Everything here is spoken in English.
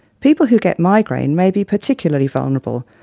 people who get migraine may be particularly vulnerable.